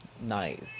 Nice